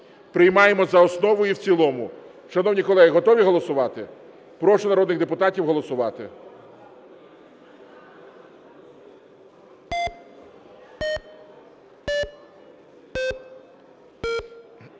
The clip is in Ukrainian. Приймаємо за основу і в цілому. Шановні колеги, готові голосувати? Прошу народних депутатів голосувати.